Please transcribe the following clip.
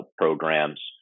programs